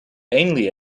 ainley